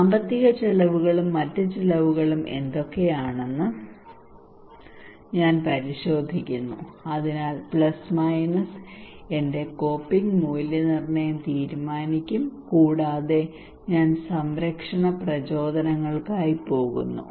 സാമ്പത്തിക ചെലവുകളും മറ്റ് ചിലവുകളും എന്തൊക്കെയാണെന്ന് ഞാൻ പരിശോധിക്കുന്നു അതിനാൽ പ്ലസ്മൈനസ് എന്റെ കോപ്പിംഗ് മൂല്യനിർണ്ണയം തീരുമാനിക്കും കൂടാതെ ഞാൻ സംരക്ഷണ പ്രചോദനങ്ങൾക്കായി പോകുന്നു